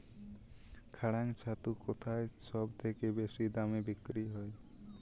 কাড়াং ছাতু কোথায় সবথেকে বেশি দামে বিক্রি হয়?